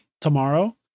tomorrow